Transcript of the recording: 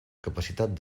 capacitat